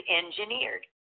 engineered